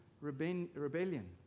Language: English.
rebellion